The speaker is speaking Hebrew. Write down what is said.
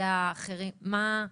זה האחרים מה?